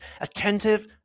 attentive